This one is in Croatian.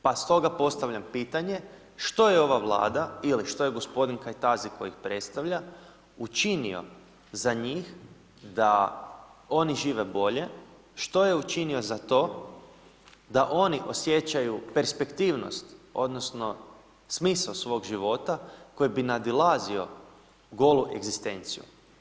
Pa stoga postavljam pitanje, što je ova Vlada ili što je g. Kajtazi kojeg predstavlja, učinio za njih da oni žive bolje, što je učinio za to da oni osjećaju perspektivnost odnosno smisao svog života koji bi nadilazio golu egzistenciju.